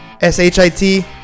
S-H-I-T